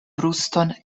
bruston